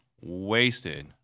wasted